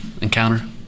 encounter